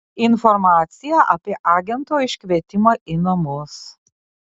informacija apie agento iškvietimą į namus